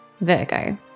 Virgo